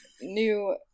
new